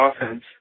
offense